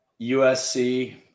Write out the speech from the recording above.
USC